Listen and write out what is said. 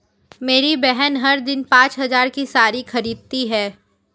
मेरी बहन हर दिन पांच हज़ार की साड़ी खरीदती है